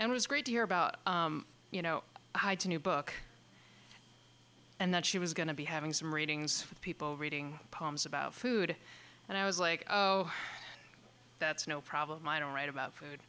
and was great to hear about you know new book and that she was going to be having some ratings of people reading poems about food and i was like oh that's no problem i don't write about food